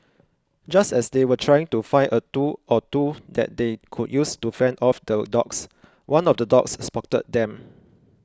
just as they were trying to find a tool or two that they could use to fend off the dogs one of the dogs spotted them